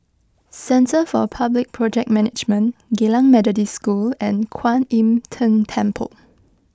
Centre for Public Project Management Geylang Methodist School and Kwan Im Tng Temple